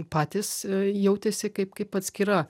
patys jautėsi kaip kaip atskira